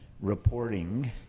reporting